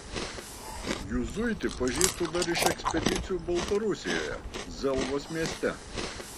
juzuitį pažįstu dar iš ekspedicijų baltarusijoje zelvos mieste